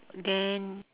then